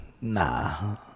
Nah